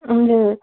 हजुर